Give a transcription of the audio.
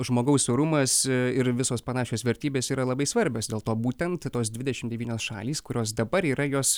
žmogaus orumas ir visos panašios vertybės yra labai svarbios dėl to būtent tos dvidešim devynios šalys kurios dabar yra jos